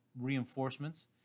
reinforcements